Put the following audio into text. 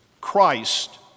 Christ